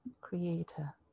creator